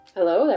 Hello